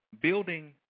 building